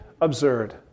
absurd